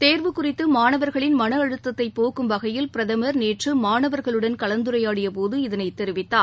தேர்வு குறித்து மாணவர்களின் மன அழுத்தத்தை போக்கும் வகையில் பிரதமர் நேற்று மாணவர்களுடன் கலந்துரையாடிய போது இதனைத் தெரிவித்தார்